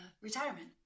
retirement